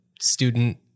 student